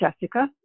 Jessica